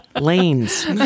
lanes